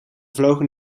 vlogen